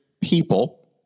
people